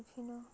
ବିଭିନ୍ନ